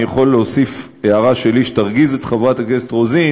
אני יכול להוסיף הערה שלי שתרגיז את חברת הכנסת רוזין,